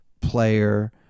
player